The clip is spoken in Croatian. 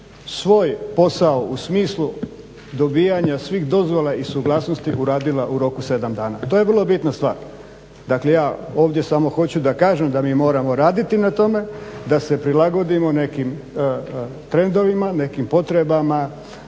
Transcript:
svoj posao u smislu dobivanja svih dozvola i suglasnosti uradila u roku 7 dana. To je vrlo bitna stvar. Dakle, ja ovdje samo hoću da kažem da mi moramo raditi na tome da se prilagodimo nekim trendovima, nekim potrebama